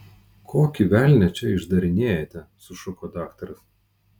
kokį velnią čia išdarinėjate sušuko daktaras